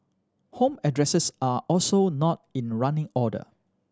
home addresses are also not in running order